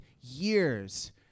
years